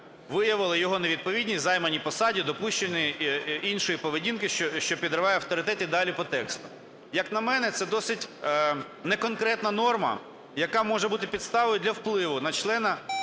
виявило його невідповідність займаній посаді, допущення іншої поведінки, що підриває авторитет…" і далі по тексту. Як на мене, це досить неконкретна норма, яка може бути підставою для впливу на члена